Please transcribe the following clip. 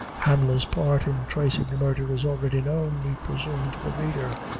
hanlon's part in tracing the murder is already known, we presume, to the reader.